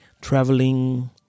traveling